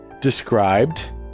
described